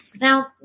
Now